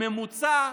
בממוצע,